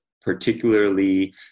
particularly